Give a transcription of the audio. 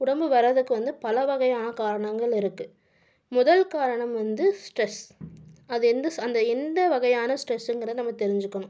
உடம்பு வர்றதுக்கு வந்து பல வகையான காரணங்கள் இருக்குது முதல் காரணம் வந்து ஸ்ட்ரெஸ் அது எந்த அந்த எந்த வகையான ஸ்ட்ரெஸுங்கிறத நம்ம தெரிஞ்சுக்கணும்